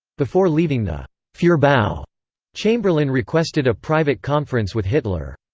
before leaving the fuhrerbau, chamberlain requested a private conference with hitler.